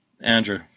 Andrew